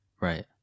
Right